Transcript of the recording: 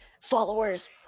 Followers